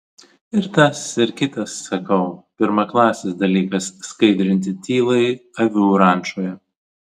ir tas ir kitas sakau pirmaklasis dalykas skaidrinti tylai avių rančoje